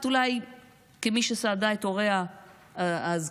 כמי שסעדה את הוריה הזקנים,